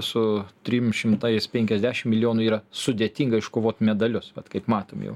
su trim šimtais penkiasdešim milijonų yra sudėtinga iškovot medalius vat kaip matome jau